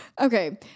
Okay